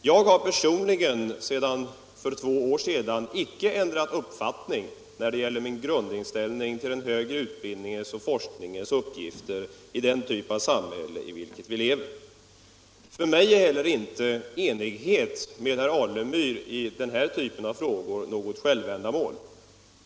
Jag har personligen under de två senaste åren icke ändrat min grundinställning till den högre utbildningens och forskningens uppgifter i den typ av samhälle som vi lever i. För mig är inte heller enighet med herr Alemyr i denna typ av frågor något självändamål.